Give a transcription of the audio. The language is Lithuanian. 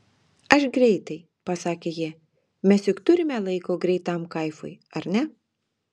aš greitai pasakė ji mes juk turime laiko greitam kaifui ar ne